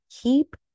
keep